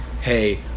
hey